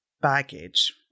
baggage